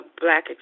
black